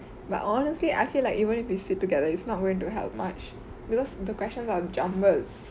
but honestly I feel like even if we sit together it's not going to help much because the questions are jumbled